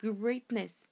greatness